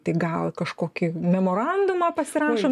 tai gal kažkokį memorandumą pasirašom